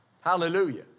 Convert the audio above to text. Hallelujah